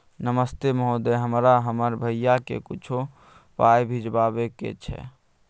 नमस्ते महोदय, हमरा हमर भैया के कुछो पाई भिजवावे के छै?